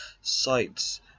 sites